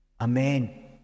Amen